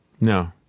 No